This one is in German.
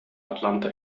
atlanta